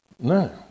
No